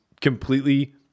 completely